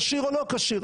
כשיר או לא כשיר.